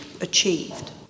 achieved